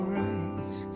right